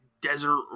desert